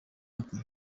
ati